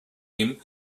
him